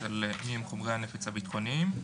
על מה הם חומרי הנפץ הביטחוניים,